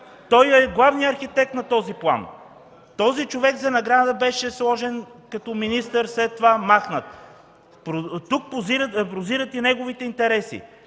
Той е главния архитект на този план. Този човек беше сложен като министър за награда, след това махнат. Тук прозират и неговите интереси.